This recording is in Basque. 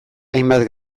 hainbat